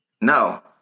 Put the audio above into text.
No